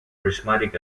prismatic